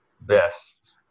best